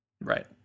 Right